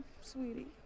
Sweetie